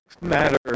matter